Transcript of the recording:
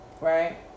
right